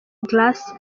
grace